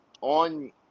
on